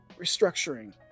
restructuring